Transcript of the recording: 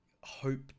hope